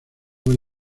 hoy